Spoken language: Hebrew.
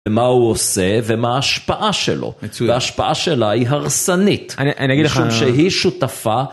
ומה הוא עושה ומה ההשפעה שלו, וההשפעה שלה היא הרסנית משום שהיא שותפה.